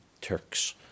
Turks